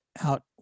out